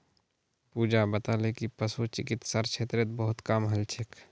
पूजा बताले कि पशु चिकित्सार क्षेत्रत बहुत काम हल छेक